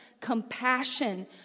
compassion